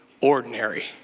ordinary